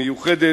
מיוחדת,